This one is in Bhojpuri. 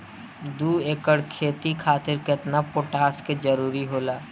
दु एकड़ खेती खातिर केतना पोटाश के जरूरी होला?